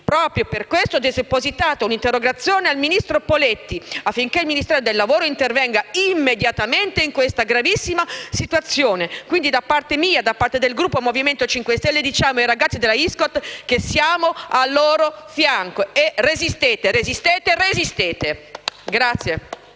Proprio per questo ho depositato un'interrogazione al ministro Poletti, affinché il Ministero del lavoro intervenga immediatamente su questa situazione gravissima. Da parte mia e del Gruppo Movimento 5 Stelle diciamo ai ragazzi della Iscot che siamo a loro fianco: resistete, resistete, resistete!